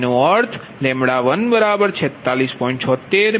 તેનો અર્થ λ146